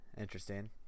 Interesting